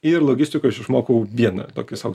ir logistikoj aš išmokau vieną tokį sau